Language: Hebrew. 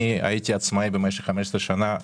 אני הייתי עצמאי במשך 15 שנה,